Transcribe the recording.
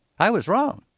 i was wrong.